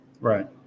Right